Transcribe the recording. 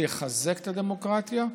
שיחזק את הדמוקרטיה,